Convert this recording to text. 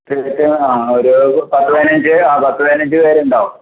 chicken ആണോ ഒരു പത്ത് പതിനഞ്ച് ആ പത്ത് പതിനഞ്ച് പേരുണ്ടാകും